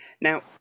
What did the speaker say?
Now